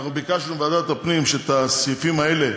אנחנו ביקשנו מוועדת הפנים שאת הסעיפים האלה